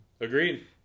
Agreed